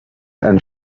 and